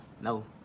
no